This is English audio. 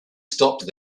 stopped